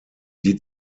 die